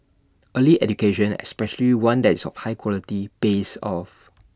early education especially one that is of high quality pays off